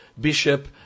Bishop